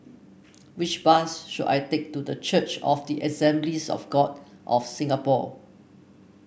which bus should I take to The Church of the Assemblies of God of Singapore